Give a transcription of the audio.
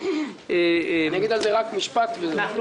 אין להם משחק, אין להם רזרבות.